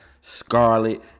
Scarlet